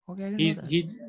Okay